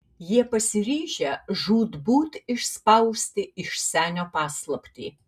jie pasiryžę žūtbūt išspausti iš senio paslaptį